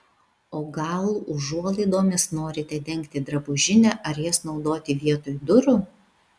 o gal užuolaidomis norite dengti drabužinę ar jas naudoti vietoj durų